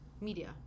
media